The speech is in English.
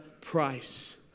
price